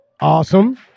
Awesome